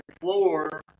floor